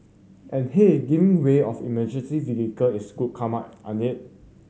and hey giving way of emergency vehicle is good karma ain't it